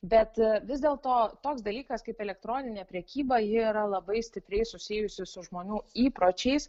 bet vis dėlto toks dalykas kaip elektroninė prekyba ji yra labai stipriai susijusi su žmonių įpročiais